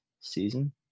season